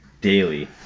daily